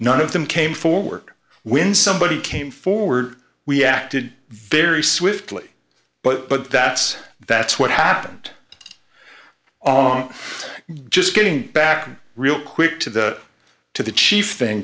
none of them came forward when somebody came forward we acted very swiftly but but that's that's what happened on just getting back real quick to that to the chief thing